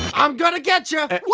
i'm gonna getcha